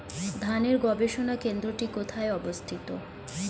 ধানের গবষণা কেন্দ্রটি কোথায় অবস্থিত?